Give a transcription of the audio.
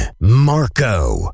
Marco